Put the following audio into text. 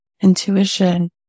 intuition